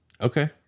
Okay